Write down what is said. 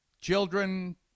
children